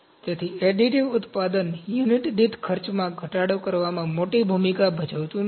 તેથી એડિટિવ ઉત્પાદન યુનિટ દીઠ ખર્ચ ઘટાડવામાં મોટી ભૂમિકા ભજવતું નથી